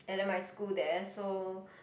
and then my school there so